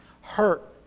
hurt